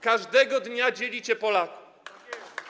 Każdego dnia dzielicie Polaków.